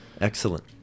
excellent